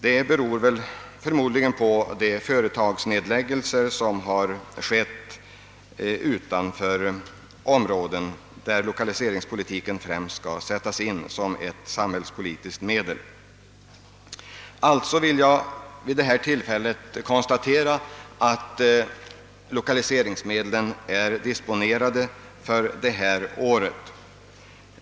Det beror förmodligen på företagsnedläggelserna utanför stödområdet, där lokaliseringspolitiken nu främst skall användas som ett samhällspolitiskt medel. Jag vill alltså vid detta tillfälle konstatera att lokaliseringsmedlen är disponerade för detta år.